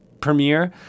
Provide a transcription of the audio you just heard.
premiere